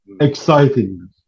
exciting